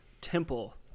temple